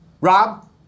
Rob